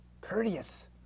courteous